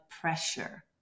pressure